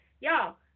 Y'all